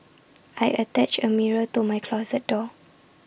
I attached A mirror to my closet door